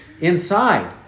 inside